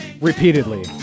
repeatedly